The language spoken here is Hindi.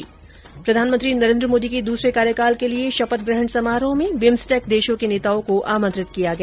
्र प्रधानमंत्री नरेन्द्र मोदी के दूसरे कार्यकाल के लिये शपथग्रहण समारोह में बिमस्टेक देशों के नेताओं को आमंत्रित ंकिया गया